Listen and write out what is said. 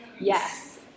yes